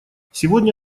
сегодня